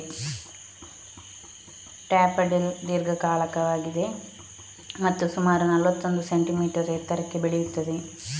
daffodil ದೀರ್ಘಕಾಲಿಕವಾಗಿದೆ ಮತ್ತು ಸುಮಾರು ನಲ್ವತ್ತೊಂದು ಸೆಂಟಿಮೀಟರ್ ಎತ್ತರಕ್ಕೆ ಬೆಳೆಯುತ್ತದೆ